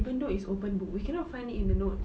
even though it's open book you cannot find it in the notes